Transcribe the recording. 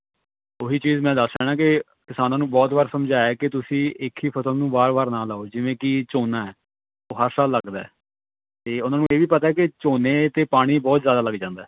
ਉਹੀ ਚੀਜ਼ ਮੈਂ ਦੱਸ ਰਿਹਾ ਨਾ ਕਿ ਕਿਸਾਨਾਂ ਨੂੰ ਬਹੁਤ ਵਾਰ ਸਮਝਾਇਆ ਕਿ ਤੁਸੀਂ ਇੱਕ ਹੀ ਫਸਲ ਨੂੰ ਵਾਰ ਵਾਰ ਨਾ ਲਾਓ ਜਿਵੇਂ ਕਿ ਝੋਨਾ ਹੈ ਉਹ ਹਰ ਸਾਲ ਲੱਗਦਾ ਅਤੇ ਉਹਨਾਂ ਨੂੰ ਇਹ ਵੀ ਪਤਾ ਕਿ ਝੋਨੇ 'ਤੇ ਪਾਣੀ ਬਹੁਤ ਜ਼ਿਆਦਾ ਲੱਗ ਜਾਂਦਾ